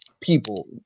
people